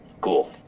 Cool